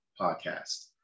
podcast